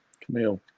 camille